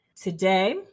Today